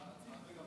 לאן זה עובר?